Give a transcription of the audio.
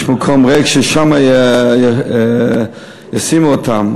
יש מקום ריק ששם ישימו אותם.